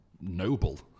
noble